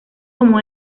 como